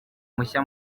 mushya